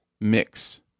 mix